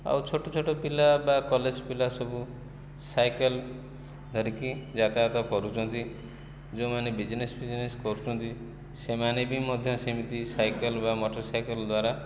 ଆଉ ଛୋଟ ଛୋଟ ପିଲା ବା କଲେଜ ପିଲା ସବୁ ସାଇକେଲ ଧରିକି ଯାତାୟାତ କରୁଛନ୍ତି ଯେଉଁମାନେ ବିଜିନେସ୍ ଫିଜିନେସ୍ କରୁଚନ୍ତି ସେମାନେ ବି ମଧ୍ୟ ସେମିତି ସାଇକେଲ ବା ମଟରସାଇକେଲ ଦ୍ଵାରା